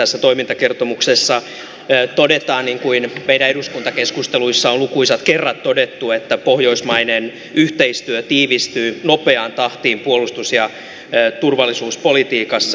tässä toimintakertomuksessa todetaan niin kuin meidän eduskuntakeskusteluissa on lukuisat kerrat todettu että pohjoismainen yhteistyö tiivistyy nopeaan tahtiin puolustus ja turvallisuuspolitiikassa